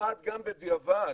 שנלמד גם בדיעבד